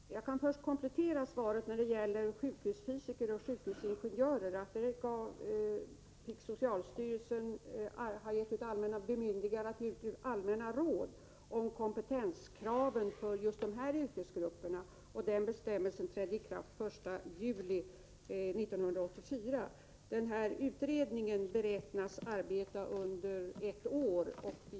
Herr talman! Jag kan först komplettera svaret när det gäller sjukhusfysiker och sjukhusingenjörer. Socialstyrelsen har fått bemyndigande att ge ut allmänna råd om kompetenskraven för just dessa yrkesgrupper. En sådan bestämmelse trädde i kraft den 1 juli 1984. Utredningen om den medicinsk-tekniska säkerheten beräknas arbeta under ett år.